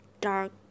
dark